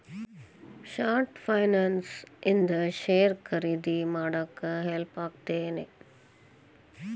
short finance ಇಂದ share ಖರೇದಿ ಮಾಡಾಕ ಹೆಲ್ಪ್ ಆಗತ್ತೇನ್